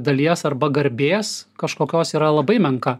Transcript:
dalies arba garbės kažkokios yra labai menka